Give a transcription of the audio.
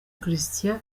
christian